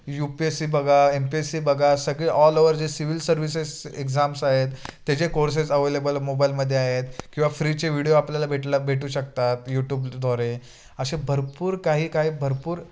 you P S C बघा M P S C बघा सगळे ऑल ओवर जे सिव्हिल सर्विसेस एक्झाम्स आहेत त्याचे कोर्सेस अव्हेलेबल मोबाईलमध्ये आहेत किंवा फ्रीचे व्हिडिओ आपल्याला भेटला भेटू शकतात यूट्यूबद्वारे असे भरपूर काही काही भरपूर